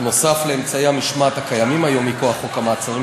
בנוסף לאמצעי המשמעת הקיימים היום מכוח חוק המעצרים,